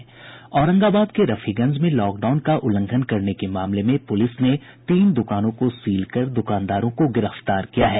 औरंगाबाद के रफीगंज में लॉकडाउन का उल्लंघन करने के मामले में पुलिस ने तीन दुकानों को सील कर दुकानदारों को गिरफ्तार किया है